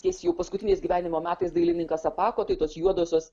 jis jau paskutiniais gyvenimo metais dailininkas apako tai tos juodosios